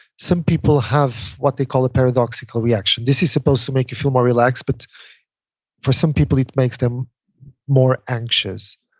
some people have what they call a paradoxical reaction. this is supposed to make you feel more relaxed. but for some people, it makes them more anxious.